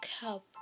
help